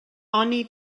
oni